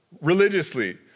religiously